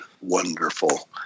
wonderful